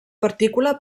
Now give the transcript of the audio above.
partícula